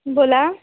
बोला